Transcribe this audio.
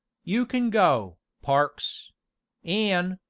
you can go, parks an',